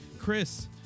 Chris